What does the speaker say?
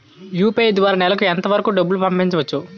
UPI ద్వారా నెలకు ఎంత వరకూ డబ్బులు పంపించవచ్చు?